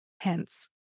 Hence